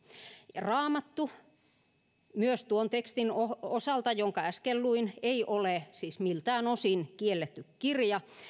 raamattu myöskään tuon tekstin osalta jonka äsken luin ei ole siis miltään osin kielletty kirja